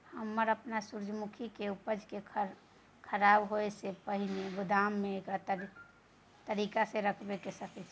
हम अपन सूर्यमुखी के उपज के खराब होयसे पहिले गोदाम में के तरीका से रयख सके छी?